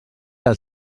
els